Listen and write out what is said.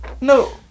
No